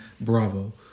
Bravo